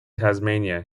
tasmania